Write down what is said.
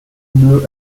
blue